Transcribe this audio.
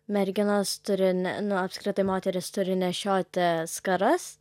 merginos turi ne nu apskritai moterys turi nešioti skaras